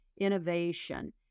innovation